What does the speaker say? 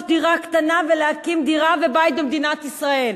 דירה קטנה ולהקים דירה ובית במדינת ישראל.